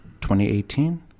2018